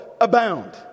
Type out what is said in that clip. Abound